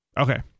Okay